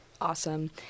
awesome